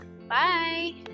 Bye